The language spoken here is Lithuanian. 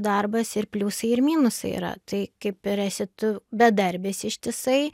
darbas ir pliusai ir minusai yra tai kaip ir esi tu bedarbis ištisai